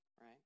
Right